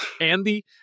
Andy